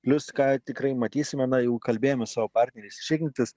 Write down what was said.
plius ką tikrai matysime na jau kalbėjome su savo partneriais iš ignitis